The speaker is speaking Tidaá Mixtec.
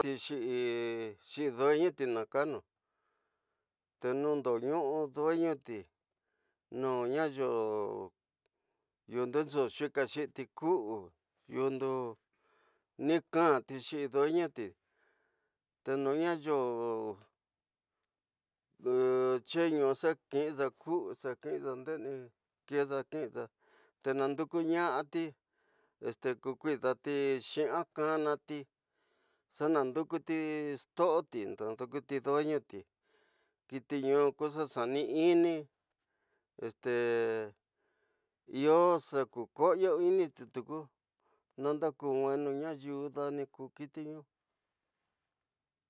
Xi’i xi’i dueñuti nakanu, te no nduñuu dueñoti no ñayo yundu xa xikati ku'u yundu nikati xi’i duenoti te no ñayo che’exa ki nxa ndeni kexa kinsa te handekuñasati, te ku kuitati xi’i sa kana ti, xa nandokuti xitooti, ñando ku ñi duenoti, kiti ñu kuxa xanisini este iyo xa kukoyiniti tuku nanda ku nwenu ñayiwi dani tuku kitiñu